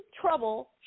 trouble